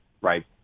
right